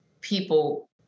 people